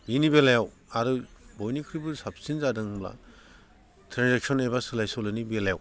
बेनि बेलायाव आरो बयनिख्रुइबो साबसिन जादोंब्ला ट्रेन्जेकसन एबा सोलायसोल'नि बेलायाव